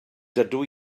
dydw